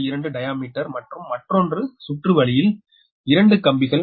2 diameter மற்றும் மற்றறொரு சுற்றுவலியில் 2 கம்பிகள் 0